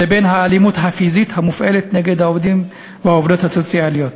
לבין האלימות הפיזית המופעלת נגד העובדים והעובדות הסוציאליים.